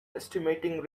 estimating